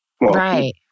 Right